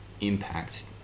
impact